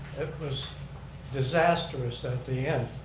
it was disastrous at the end.